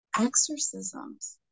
exorcisms